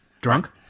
Drunk